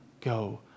go